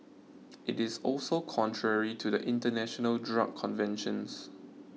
it is also contrary to the international drug conventions